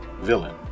villain